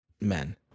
men